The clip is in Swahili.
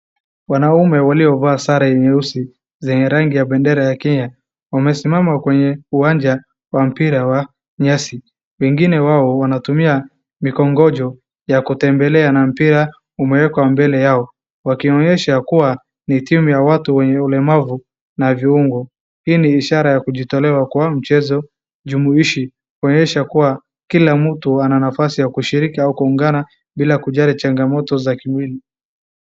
Wanaume waliovaa sare nyeusi zenye rangi ya bendera ya kenya wamesimama kwenye uwanja wa mpira wa nyasi. Wengine wao wanatumia mikongojo ya kutembelea na pia kumewekwa mbele yao wakionyesha kuwa ni timu ya watu wenye ulemavu wa viungo. Hii ni ishara ya kujitolea kwa mchezo jumuishi kuonyesha kuwa pia mtu ana nafasi ya kushiriki au kuungana bila kujali changamoto za kimwili.